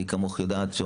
מי כמוך יודעת.